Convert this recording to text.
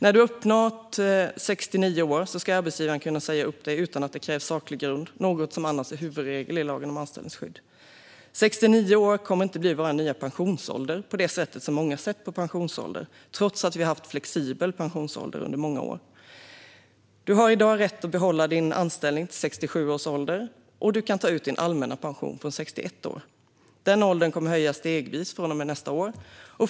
När du har uppnått 69 år ska arbetsgivaren kunna säga upp dig utan att det krävs saklig grund. Det är annars en huvudregel i lagen om anställningsskydd. 69 år kommer inte att bli vår nya pensionsålder, på det sätt som många har sett på pensionsåldern trots att vi haft flexibel pensionsålder under många år. Du har i dag rätt att behålla din anställning till 67 års ålder, och du kan ta ut din allmänna pension från 61 år. Den åldern kommer att höjas stegvis från och med nästa år.